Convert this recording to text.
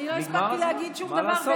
אני לא הספקתי להגיד שום דבר,